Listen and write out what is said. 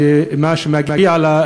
שמה שמגיע לה,